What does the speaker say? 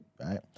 Right